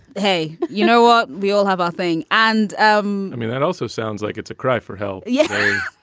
hey, you know what? we all have our thing. and um i mean, that also sounds like it's a cry for help. yeah.